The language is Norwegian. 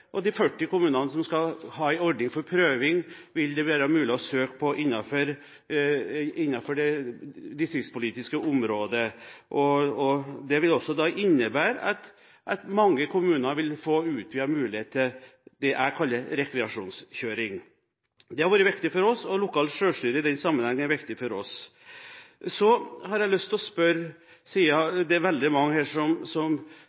det. De 40 kommunene som skal ha en prøveordning, vil ha mulighet til å søke om dette innenfor det distriktspolitiske området. Det vil også innebære at mange kommuner vil få en utvidet mulighet til det jeg kaller rekreasjonskjøring. Det har vært viktig for oss – lokalt selvstyre i den sammenheng er viktig for oss. Så har jeg lyst til å spørre, siden det er veldig mange her som